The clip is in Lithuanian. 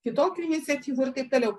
kitokių iniciatyvų ir taip toliau